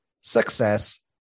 success